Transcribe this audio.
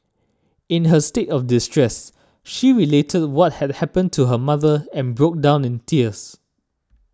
in her state of distress she related what had happened to her mother and broke down in tears